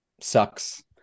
sucks